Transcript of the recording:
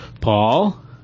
Paul